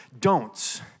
don'ts